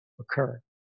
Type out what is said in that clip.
occur